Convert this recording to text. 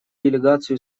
делегацию